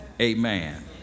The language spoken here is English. Amen